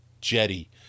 jetty